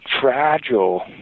fragile